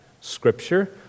Scripture